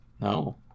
No